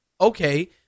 okay